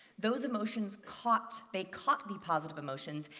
those emotions caught they caught the positive emotions,